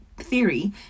theory